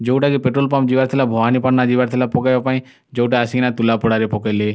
ଯେଉଁଟାକି petrol pump ଯିବାର ଥିଲା ଭବାନୀପାଟଣା ଯିବାର ଥିଲା ପକେଇବା ପାଇଁ ଯେଉଁଟା ଆସିକିନା ତୁଲାପଡ଼ାରେ ପକେଇଲେ